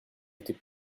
était